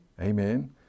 Amen